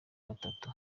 batatu